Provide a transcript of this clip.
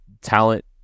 talent